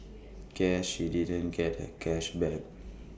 guess she didn't get her cash back